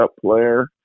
player